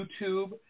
YouTube